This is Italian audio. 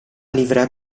livrea